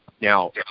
now